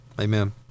Amen